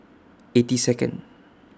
eighty Second